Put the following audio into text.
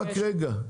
רק רגע.